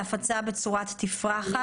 להפצה בצורה של תפרחת?